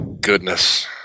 goodness